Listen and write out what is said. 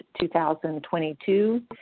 2022